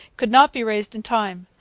could not be raised in time.